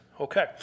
Okay